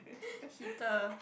heater